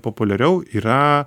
populiariau yra